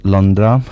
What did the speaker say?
Londra